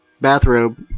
Bathrobe